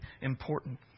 important